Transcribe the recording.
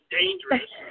dangerous